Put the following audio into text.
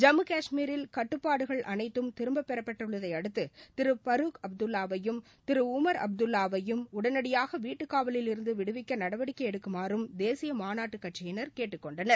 ஜம்மு காஷ்மீரில் கட்டுப்பாடுகள் அனைத்தும் திரும்ப பெறப்பட்டுள்ளதையடுத்து திரு பருக் அப்துல்லாவையும் திரு உமர் அப்துல்ளவையும் உடனடியாக வீட்டுக்காவலில் இருந்து விடுவிக்க நடவடிக்கை எடுக்குமாறும் தேசிய மாநாட்டுக் கட்சியினர் கேட்டுக்கொண்டனர்